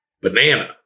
banana